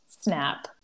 snap